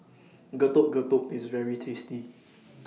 Getuk Getuk IS very tasty